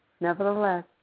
Nevertheless